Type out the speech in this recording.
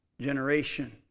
generation